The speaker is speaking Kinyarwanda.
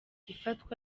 ifatwa